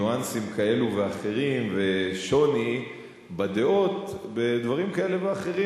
ניואנסים כאלה ואחרים ושוני בדעות בדברים כאלה ואחרים.